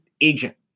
agent